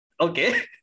Okay